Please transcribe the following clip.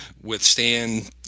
withstand